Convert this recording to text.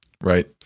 Right